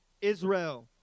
Israel